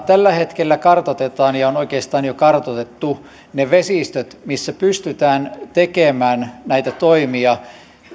tällä hetkellä kartoitetaan ja on oikeastaan jo kartoitettu ne vesistöt missä pystytään tekemään näitä toimia